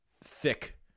thick